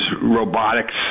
robotics